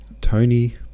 Tony